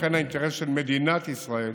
לכן, האינטרס של מדינת ישראל